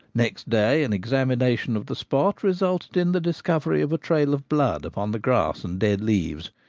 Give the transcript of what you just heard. next day an examination of the spot resulted in the dis covery of a trail of blood upon the grass and dead leaves,